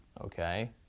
okay